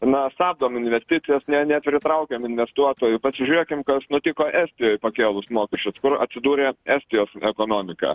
na stabdom investicijas ne nepritraukiam investuotojų pasižiūrėkim kas nutiko estijoj pakėlus mokesčius kur atsidūrė estijos ekonomika